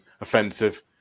offensive